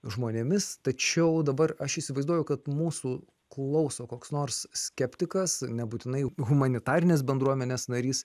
žmonėmis tačiau dabar aš įsivaizduoju kad mūsų klauso koks nors skeptikas nebūtinai humanitarinės bendruomenės narys